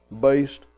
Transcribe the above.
based